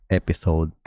episode